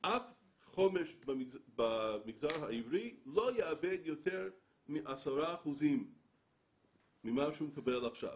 חומש במגזר העברי לא יאבד יותר מ-10% ממה שהוא מקבל עכשיו.